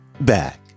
back